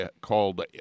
called